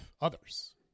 others